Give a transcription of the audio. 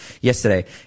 yesterday